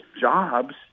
jobs